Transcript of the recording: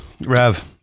Rev